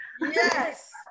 Yes